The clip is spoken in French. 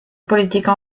politique